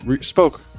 spoke